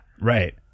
right